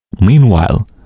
Meanwhile